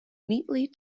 neatly